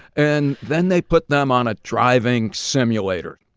and then they put them on a driving simulator,